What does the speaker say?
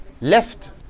left